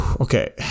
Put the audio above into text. Okay